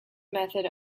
method